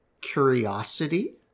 curiosity